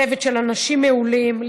צוות של אנשים מעולים,